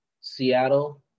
Seattle